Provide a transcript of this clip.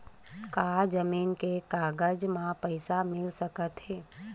का जमीन के कागज म पईसा मिल सकत हे?